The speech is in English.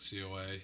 COA